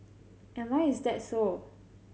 and why is that so